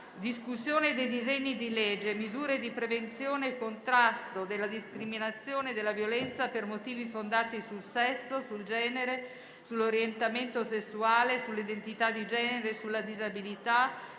del provvedimento recante "Misure di prevenzione e contrasto della discriminazione e della violenza per motivi fondati sul sesso, sul genere, sull'orientamento sessuale, sull'identità di genere e sulla disabilita",